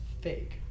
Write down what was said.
fake